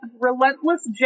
relentless